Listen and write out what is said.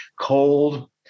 Cold